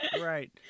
Right